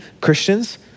Christians